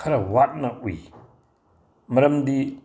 ꯈꯔ ꯋꯥꯠꯅ ꯎꯏ ꯃꯔꯝꯗꯤ